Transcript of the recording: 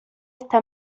esta